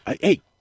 Hey